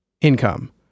income